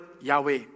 Yahweh